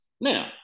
Now